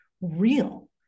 real